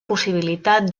possibilitat